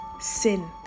sin